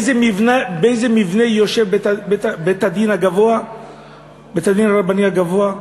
באיזה מבנה יושב בית-הדין הרבני הגבוה?